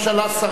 שרים,